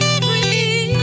free